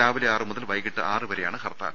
രാവിലെ ആറ് മുതൽ വൈകീട്ട് ആറു വരെയാണ് ഹർത്താൽ